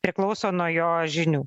priklauso nuo jo žinių